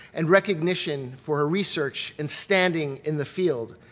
and recognition for her research and standing in the field.